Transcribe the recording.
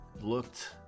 looked